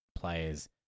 players